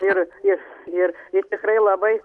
ir jis ir jis tikrai labai